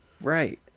Right